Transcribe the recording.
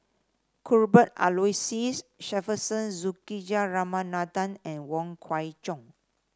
Cuthbert Aloysius Shepherdson Juthika Ramanathan and Wong Kwei Cheong